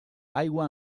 aigua